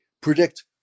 predict